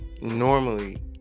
Normally